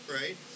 right